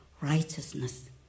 righteousness